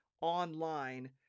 online